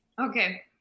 Okay